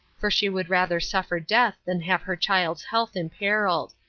for she would rather suffer death than have her child's health imperiled.